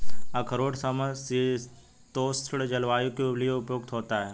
अखरोट समशीतोष्ण जलवायु के लिए उपयुक्त होता है